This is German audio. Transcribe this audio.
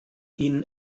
ihnen